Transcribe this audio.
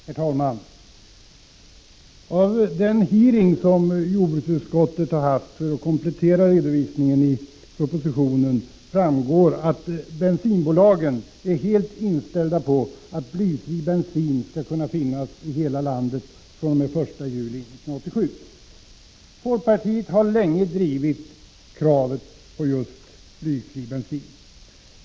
Herr talman! Av den hearing som jordbruksutskottet anordnade för att komplettera redovisningen i propositionen framgår att bensinbolagen är helt inställda på att blyfri bensin skall kunna finnas i hela landet fr.o.m. den 1 juli 1987. Folkpartiet har länge drivit kravet på övergång till blyfri bensin.